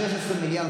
במוסדות.